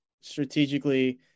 strategically